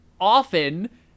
often